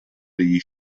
degli